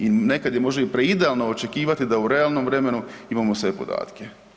I nekad je možda i preidealno očekivati da u realnom vremenu imamo sve podatke.